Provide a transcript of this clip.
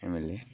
M L A